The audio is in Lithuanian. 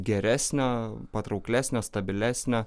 geresnio patrauklesnio stabilesnio